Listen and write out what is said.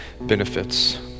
benefits